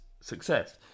success